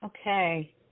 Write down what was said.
Okay